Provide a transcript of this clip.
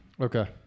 Okay